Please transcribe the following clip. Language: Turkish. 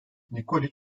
nikoliç